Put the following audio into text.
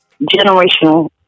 Generational